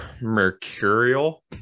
mercurial